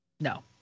No